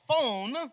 phone